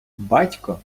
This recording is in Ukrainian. батько